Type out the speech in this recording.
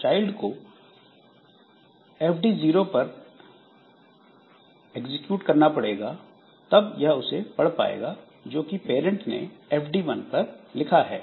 child को read call fd 0 पर execute करना पड़ेगा तब यह उसे पढ़ पाएगा जो कि पेरेंट ने fd 1 पर लिखा है